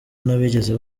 ntibigeze